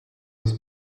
his